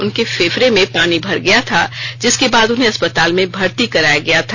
उनके फेफड़े में पानी भर गया था जिसके बाद उन्हें अस्पताल में भर्ती कराया गया था